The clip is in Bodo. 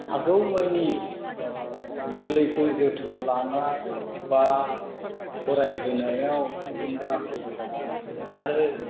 हागौमानि गोरलैखौ जोथोन लानाय एबा फरायहोनायाव थुलुंगा होबोनाय आरो